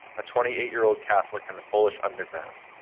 a twenty eight year old catholic in the polish underground,